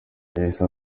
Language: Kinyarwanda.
yahise